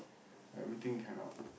everything cannot